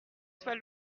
soit